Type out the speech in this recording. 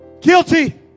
Guilty